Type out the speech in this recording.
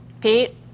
Pete